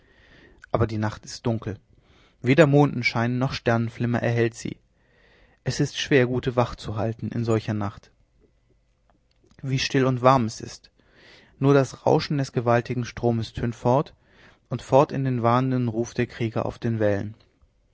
aber die nacht ist dunkel weder mondenschein noch sternenflimmer erhellt sie es ist schwer gute wacht zu halten in solcher nacht wie still und warm es ist nur das rauschen des gewaltigen stromes tönt fort und fort in den warnenden ruf der krieger auf den wällen